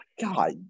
God